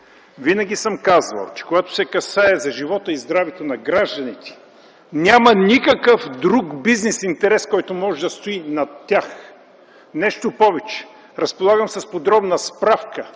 Винаги съм казвал, че когато се касае за живота и здравето на гражданите, няма никакъв друг бизнес интерес, който може да стои над тях. Нещо повече, разполагам с подробна справка,